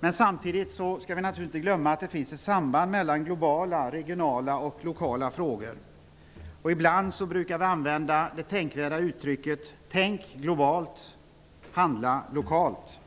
men vi skall naturligtvis inte glömma att det finns ett samband mellan globala, regionala och lokala frågor. Vi använder ju ibland det tänkvärda uttrycket ''Tänk globalt -- handla lokalt!''